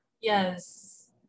yes